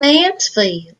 mansfield